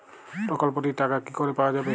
প্রকল্পটি র টাকা কি করে পাওয়া যাবে?